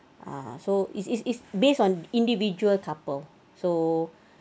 ah so is is is based on individual couple so